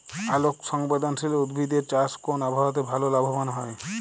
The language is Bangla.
আলোক সংবেদশীল উদ্ভিদ এর চাষ কোন আবহাওয়াতে ভাল লাভবান হয়?